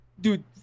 Dude